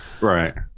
Right